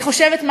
אני חושבת,